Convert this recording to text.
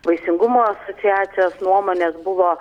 vaisingumo asociacijos nuomonės buvo